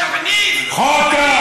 קופים,